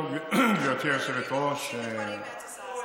גברתי היושבת-ראש,